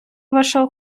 ваша